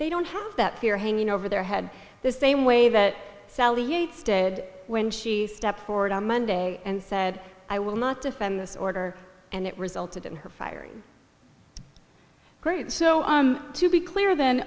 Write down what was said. they don't have that fear hanging over their head the same way that sally stead when she stepped forward on monday and said i will not defend this order and it resulted in her firing great so to be clear th